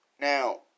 Now